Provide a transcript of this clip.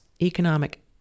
economic